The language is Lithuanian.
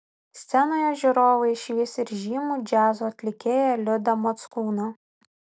scenoje žiūrovai išvys ir žymų džiazo atlikėją liudą mockūną